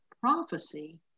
prophecy